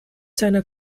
seiner